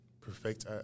perfect